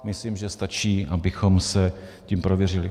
Myslím, že stačí, abychom se tím prověřili.